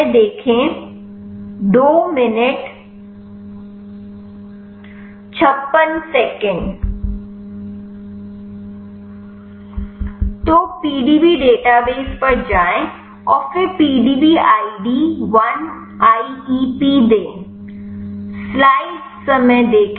तो PDB database पर जाएं और फिर PDB आई डी 1IEP दें